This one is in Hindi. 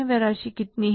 वह राशि कितनी है